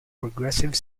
progressive